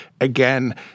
Again